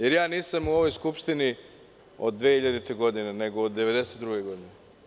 Jer ja nisam u ovoj Skupštini od 2000. godine, nego od 1992. godine.